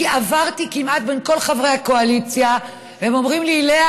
כי עברתי כמעט בין כל חברי הקואליציה והם אומרים לי: לאה,